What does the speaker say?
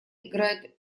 играет